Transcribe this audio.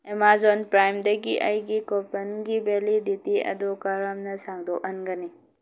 Amazon ꯄ꯭ꯔꯥꯝꯗꯒꯤ ꯑꯩꯒꯤ ꯀꯨꯄꯟꯒꯤ ꯚꯦꯂꯤꯗꯤꯇꯤ ꯑꯗꯨ ꯀꯔꯝꯅ ꯁꯥꯡꯗꯣꯍꯟꯒꯅꯤ